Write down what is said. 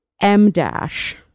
M-dash